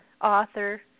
author